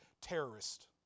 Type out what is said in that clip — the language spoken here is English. terrorist